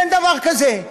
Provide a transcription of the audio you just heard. אין דבר כזה.